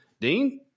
Dean